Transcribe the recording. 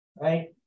right